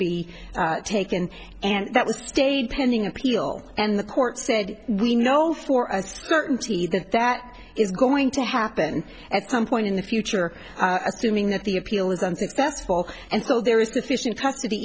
be taken and that was stayed pending appeal and the court said we know for a certainty that that is going to happen at some point in the future assuming that the appeal is unsuccessful and so there is sufficient